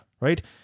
right